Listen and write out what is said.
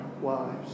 wives